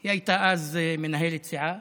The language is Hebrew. היא הייתה אז מנהלת סיעה,